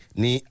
ni